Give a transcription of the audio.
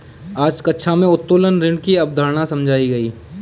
आज कक्षा में उत्तोलन ऋण की अवधारणा समझाई गई